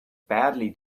badly